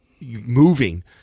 moving